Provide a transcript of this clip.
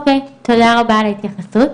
תודה רבה על ההתייחסות.